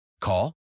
Call